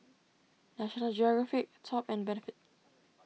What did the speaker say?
National Geographic Top and Benefit